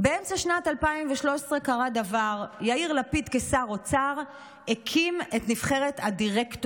באמצע שנת 2013 קרה דבר: יאיר לפיד כשר אוצר הקים את נבחרת הדירקטורים,